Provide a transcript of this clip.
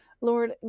Lord